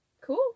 cool